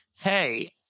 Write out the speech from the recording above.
hey